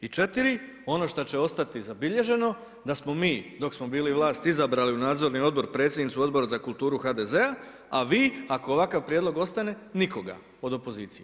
I 4, ono šta će ostati zabilježeno da smo mi dok smo bili vlast izabrali u nadzorni odbor predsjednicu Odbora za kulturu HDZ-a a vi ako ovakav prijedlog ostane nikoga od opozicije.